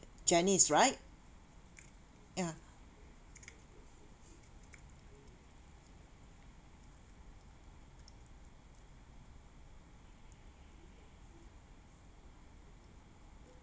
janice right ya